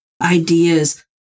ideas